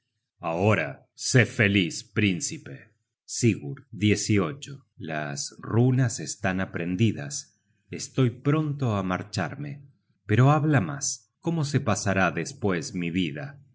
ahora sé feliz príncipe sigurd las runas están aprendidas estoy pronto á marcharme pero habla mas cómo se pasará despues mi vida